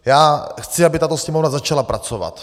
Já chci, aby tato Sněmovna začala pracovat.